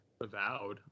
avowed